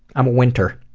i'm a winter.